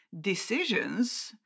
decisions